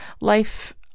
life